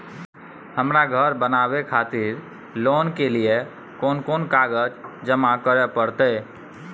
हमरा धर बनावे खातिर लोन के लिए कोन कौन कागज जमा करे परतै?